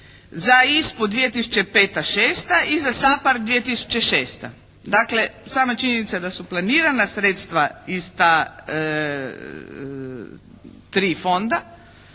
za ISPA-u 2005./2006. i za SAPARD 2006. Dakle sama činjenica da su planirana sredstva iz ta tri fonda